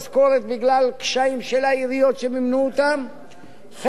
חלק אחר היו יכולים לטפל בכבאים שלהם בצורה מכובדת.